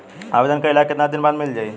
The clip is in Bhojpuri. आवेदन कइला के कितना दिन बाद मिल जाई?